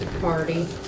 party